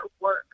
work